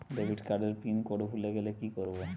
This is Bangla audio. ডেবিটকার্ড এর পিন কোড ভুলে গেলে কি করব?